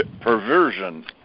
perversion